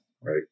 right